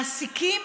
מעסיקים,